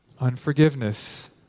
unforgiveness